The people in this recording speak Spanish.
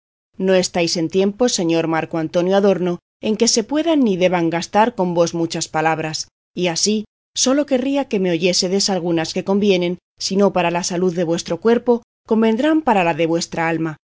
no estáis en tiempo señor marco antonio adorno en que se puedan ni deban gastar con vos muchas palabras y así sólo querría que me oyésedes algunas que convienen si no para la salud de vuestro cuerpo convendrán para la de vuestra alma